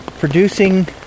Producing